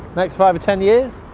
next five or ten years?